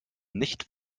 nicht